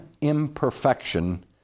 imperfection